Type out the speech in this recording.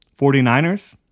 49ers